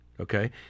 Okay